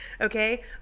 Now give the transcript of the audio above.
okay